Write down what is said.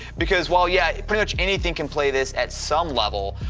because while yeah, pretty much anything can play this at some level,